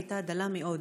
היה דל מאוד.